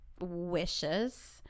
wishes